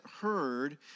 heard